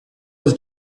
was